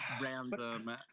random